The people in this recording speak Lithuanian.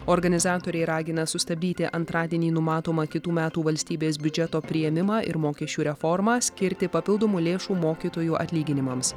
organizatoriai ragina sustabdyti antradienį numatomą kitų metų valstybės biudžeto priėmimą ir mokesčių reformą skirti papildomų lėšų mokytojų atlyginimams